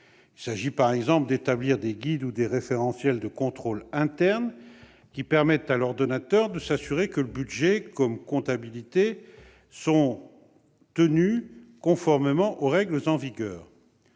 Il s'agit d'établir des guides ou référentiels de contrôle interne, qui permettent à l'ordonnateur de s'assurer que le budget comme la comptabilité sont tenus conformément aux règles en vigueur.